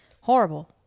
Horrible